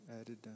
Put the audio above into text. added